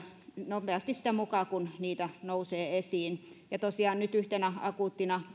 nopeasti sitä mukaa kuin niitä nousee esiin ja tosiaan nyt yhtenä akuuttina